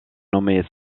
nommés